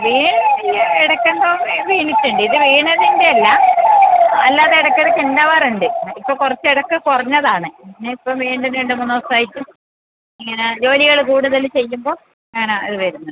വേറെ ഈ ഇടയ്ക്ക് എന്തോ വീണിട്ടുണ്ട് ഇത് വീണതിൻ്റെ അല്ല അല്ലാതെ ഇടയ്ക്ക് ഇടയ്ക്ക് ഉണ്ടാവാറുണ്ട് ആ ഇപ്പോൾ കുറച്ച് ഇടയ്ക്ക് കുറഞ്ഞതാണ് പിന്നെ ഇപ്പോൾ വീണ്ടും രണ്ട് മൂന്ന് ദിവസം ആയിട്ട് ഇങ്ങനെ ജോലികൾ കൂടുതൽ ചെയ്യുമ്പോൾ ഇങ്ങനെ അത് വരുന്നത്